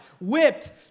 whipped